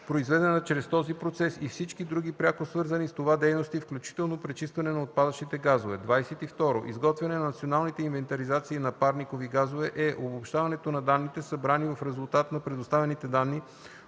произведена чрез този процес, и всички други пряко свързани с това дейности, включително пречистване на отпадъчните газове. 22. „Изготвяне на национални инвентаризации на парникови газове” е обобщаването на данните, събрани в резултат на предоставените данни